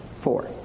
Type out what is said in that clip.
Four